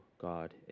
God